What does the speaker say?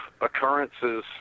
occurrences